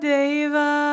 Deva